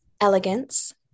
elegance